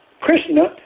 Krishna